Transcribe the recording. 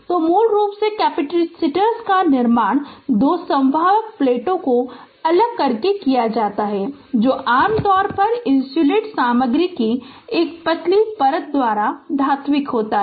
तो मूल रूप से कैपेसिटर का निर्माण दो संवाहक प्लेटों को अलग करके किया जाता है जो आमतौर पर इन्सुलेट सामग्री की एक पतली परत द्वारा धात्विक होता है